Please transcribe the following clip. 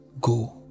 go